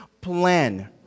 plan